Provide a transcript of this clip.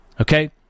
okay